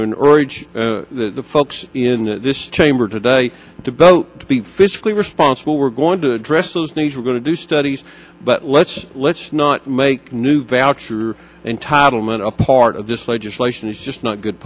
know in orange the folks in this chamber today to vote to be fiscally responsible we're going to address those needs we're going to do studies but let's let's not make new val true entitlement a part of this legislation is just not good